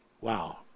Wow